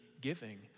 giving